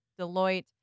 Deloitte